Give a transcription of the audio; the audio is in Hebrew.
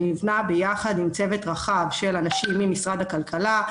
ביחד עם צוות רחב של אנשים ממשרד הכלכלה,